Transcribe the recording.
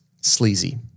sleazy